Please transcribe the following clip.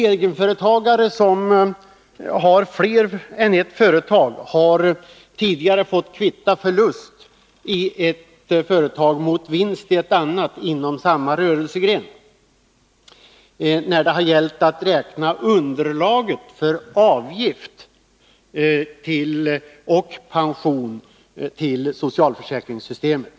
Egenföretagare som har fler än ett företag har tidigare fått kvitta förlust i ett företag mot vinst i ett annat inom samma rörelsegren när det har gällt att räkna underlaget för avgift till socialförsäkringssystemet.